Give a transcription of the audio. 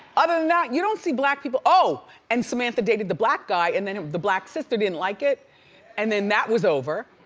other than that you don't see black people. oh! and samantha dated the black guy and then the black sister didn't like it and then that was over.